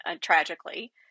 tragically